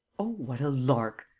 oh, what a lark!